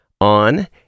on